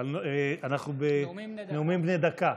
סדר-היום הוא נאומים בני דקה.